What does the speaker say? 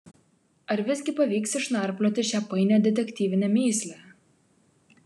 ar visgi pavyks išnarplioti šią painią detektyvinę mįslę